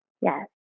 Yes